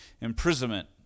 imprisonment